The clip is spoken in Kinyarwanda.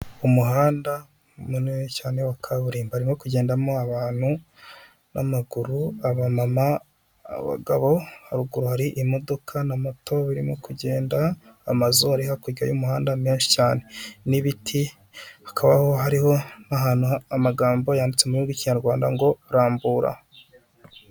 Umuhanda munini cyane wa kaburimbo, harimo kugendamo abantu n'amaguru abamama, abagabo. Haruguru hari imodoka na moto birimo kugenda, amazuri hakurya y'umuhanda menshi cyane n'ibiti, hakabaho hariho n'ahantu ha amagambo yanditse mu rurimi rw'Ikinyarwanda ngo, Rambura.